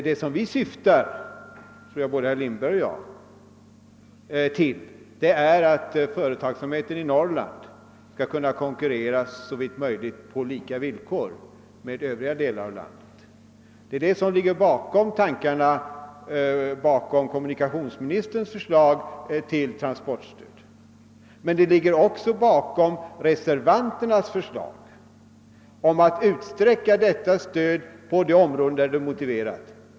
Det som både herr Lindberg och jag syftar till är emellertid att företagsamheten i Norrland skall kunna konkurrera på såvitt möjligt lika villkor med företagsamheten i övriga delar av landet. Det är denna tanke som ligger bakom kommunikationsministerns förslag till transportstöd, och den ligger också bakom reservanternas förslag om att utsträcka detta stöd på de områden där det är motiverat.